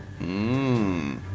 Mmm